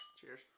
Cheers